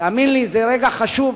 תאמין לי, זה רגע חשוב.